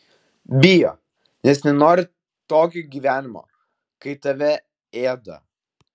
bijo nes nenori tokio gyvenimo kai tave ėda